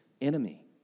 enemy